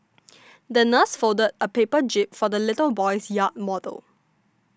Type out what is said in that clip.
the nurse folded a paper jib for the little boy's yacht model